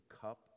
cup